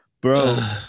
Bro